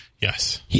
Yes